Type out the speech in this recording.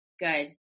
Good